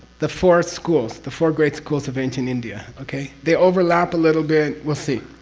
the four schools the four great schools of ancient india. okay, they overlap a little bit. we'll see.